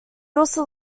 also